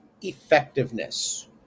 effectiveness